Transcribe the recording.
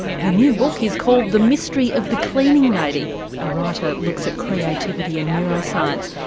her new book is called the mystery of the cleaning lady a writer looks at creativity and neuroscience,